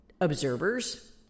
observers